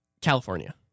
California